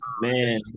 Man